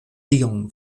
tion